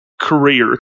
career